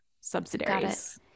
subsidiaries